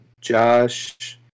Josh